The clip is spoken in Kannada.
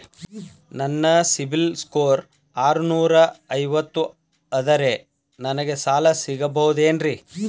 ನನ್ನ ಸಿಬಿಲ್ ಸ್ಕೋರ್ ಆರನೂರ ಐವತ್ತು ಅದರೇ ನನಗೆ ಸಾಲ ಸಿಗಬಹುದೇನ್ರಿ?